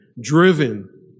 driven